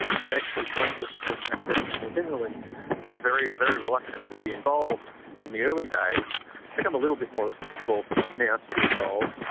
but actually scientists and academics more generally were very, very reluctant to be involved in the early days. it's become a little bit more respectable now ah to be involved,